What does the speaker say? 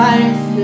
Life